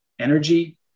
energy